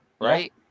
right